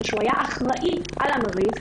שהיה אחראי על המרינס,